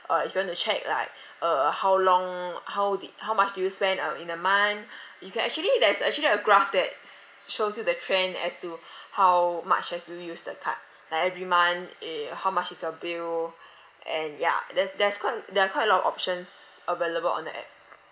uh if you want to check like uh how long how did how much did you spend uh in a month you can actually there's actually a graph that s~ shows you the trend as to how much have you used the card like every month y~ uh how much is your bill and ya that's that's quite there are quite a lot of options available on the app